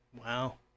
wow